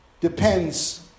depends